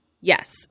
yes